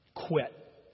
Quit